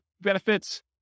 benefits